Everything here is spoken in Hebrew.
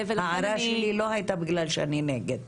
ההערה שלי לא הייתה בגלל שאני נגד.